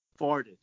Farted